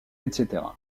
etc